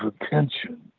attention